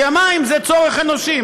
כי המים הם צורך אנושי,